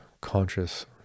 conscious